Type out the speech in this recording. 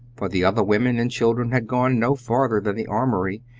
for the other women and children had gone no farther than the armory,